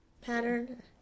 pattern